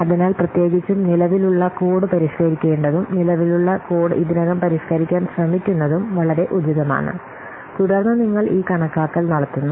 അതിനാൽ പ്രത്യേകിച്ചും നിലവിലുള്ള കോഡ് പരിഷ്ക്കരിക്കേണ്ടതും നിലവിലുള്ള കോഡ് ഇതിനകം പരിഷ്ക്കരിക്കാൻ ശ്രമിക്കുന്നതും വളരെ ഉചിതമാണ് തുടർന്ന് നിങ്ങൾ ഈ കണക്കാക്കൽ നടത്തുന്നു